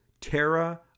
Terra